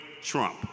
Trump